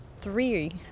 three